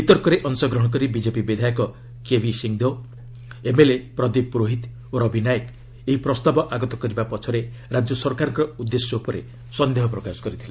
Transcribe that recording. ବିତର୍କରେ ଅଂଶଗ୍ରହଣ କରି ବିଜେପି ବିଧାୟକ କେବି ସିଂହଦେଓ ଏମ୍ଏଲ୍ଏ ପ୍ରଦୀପ ପୁରୋହିତ ଓ ରବି ନାଏକ ଏହି ପ୍ରସ୍ତାବ ଆଗତ କରିବା ପଛରେ ରାଜ୍ୟ ସରକାରଙ୍କ ଉଦ୍ଦେଶ୍ୟ ଉପରେ ସନ୍ଦେହ ପ୍ରକାଶ କରିଛନ୍ତି